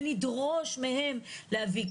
ונדרוש מהם להביא.